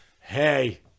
Hey